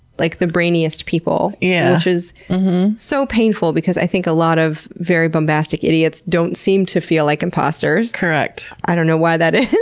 like, the brainiest people. yeah which is so painful because i think a lot of very bombastic idiots don't seem to feel like imposters. correct. i don't know why that is.